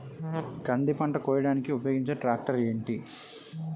కంది పంట కోయడానికి ఉపయోగించే ట్రాక్టర్ ఏంటి?